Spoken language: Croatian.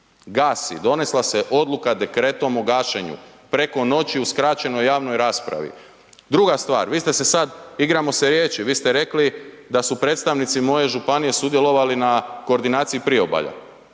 Gasi, donesla se odluka dekretom o gašenju. Preko noći u skraćenoj javnoj raspravi. Druga stvar, vi ste se sad, igramo se riječi. Vi ste rekli da su predstavnici moje županije sudjelovali na koordinaciji priobalja.